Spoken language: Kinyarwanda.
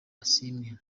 asiimwe